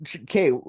Okay